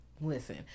listen